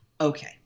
Okay